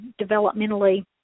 developmentally